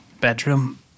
bedroom